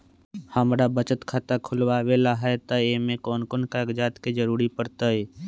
हमरा बचत खाता खुलावेला है त ए में कौन कौन कागजात के जरूरी परतई?